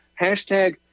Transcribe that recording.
hashtag